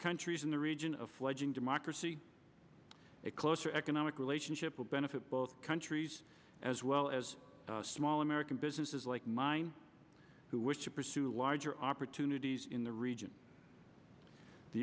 countries in the region of fledging democracy a closer economic relationship will benefit both countries as well as small american businesses like mine who wish to pursue larger opportunities in the region the